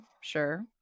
sure